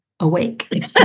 awake